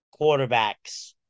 quarterbacks